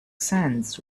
sands